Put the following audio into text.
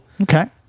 Okay